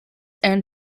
and